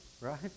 right